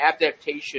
adaptation